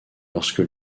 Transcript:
lorsque